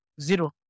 zero